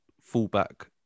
fullback